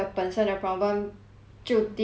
就 deem 那个 student as fail 的话 orh